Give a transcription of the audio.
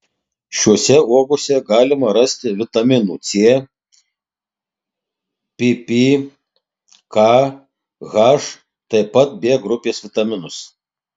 šiose uogose galima rasti vitaminų c pp k h taip pat b grupės vitaminus